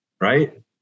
Right